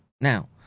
now